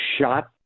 shot